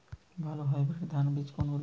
ভালো হাইব্রিড ধান বীজ কোনগুলি?